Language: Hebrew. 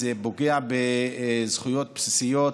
זה פוגע בזכויות בסיסיות,